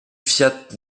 fiat